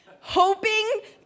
hoping